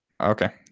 Okay